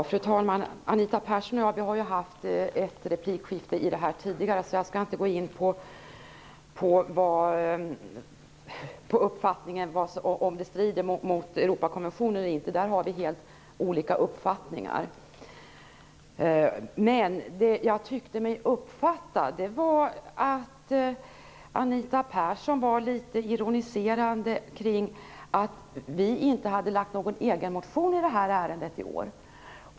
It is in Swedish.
Fru talman! Anita Persson och jag har haft ett replikskifte om det här tidigare, så jag skall inte gå in på huruvida det här strider mot Europakonventionen eller inte. Där har vi helt olika uppfattningar. Däremot tyckte jag mig uppfatta att Anita Persson ironiserade kring att vi inte hade lagt fram någon egen motion i det här ärendet i år.